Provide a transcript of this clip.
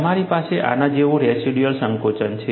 મારી પાસે આના જેવું રેસિડ્યુઅલ સંકોચન છે